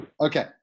Okay